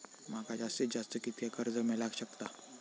माका जास्तीत जास्त कितक्या कर्ज मेलाक शकता?